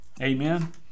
Amen